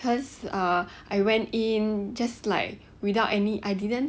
cause uh I went in just like without any I didn't